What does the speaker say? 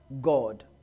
God